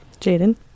Jaden